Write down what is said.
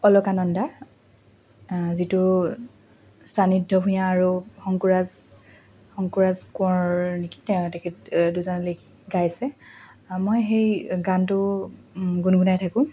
অলকানন্দা যিটো সানিধ্য ভূঞা আৰু শংকুৰাজ শংকুৰাজ কোঁৱৰ নেকি তেওঁ তেখেত দুজনে লিখি গাইছে মই সেই গানটো গুণগুণাই থাকোঁ